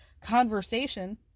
conversation